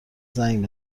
زنگ